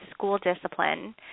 schooldiscipline